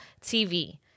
TV